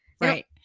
Right